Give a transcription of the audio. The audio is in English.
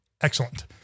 Excellent